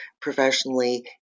professionally